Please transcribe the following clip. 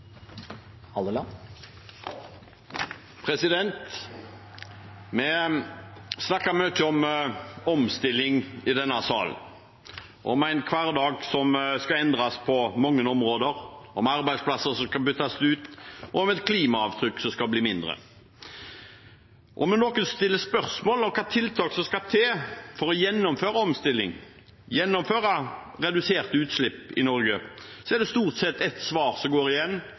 Vi snakker mye om omstilling i denne salen, om en hverdag som skal endres på mange områder, om arbeidsplasser som skal byttes ut, og om et klimaavtrykk som skal bli mindre. Om noen stiller spørsmål om hvilke tiltak som skal til for å gjennomføre omstilling, for å gjennomføre reduserte utslipp i Norge, er det stort sett ett svar som går igjen,